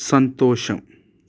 సంతోషం